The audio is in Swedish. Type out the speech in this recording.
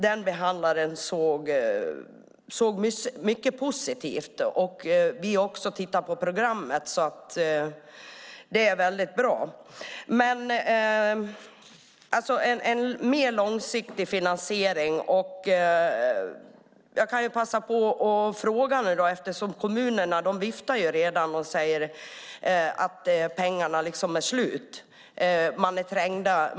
Den behandlaren såg mycket positivt på detta. Vi har också tittat på programmet, och det är väldigt bra. Men vi vill ha en mer långsiktig finansiering. Kommunerna viftar redan och säger att pengarna är slut.